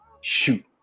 shoot